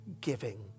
giving